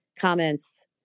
comments